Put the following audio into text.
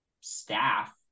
staff